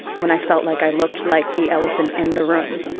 when i felt like i looked like the elephant in the room.